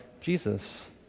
Jesus